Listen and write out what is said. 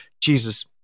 Jesus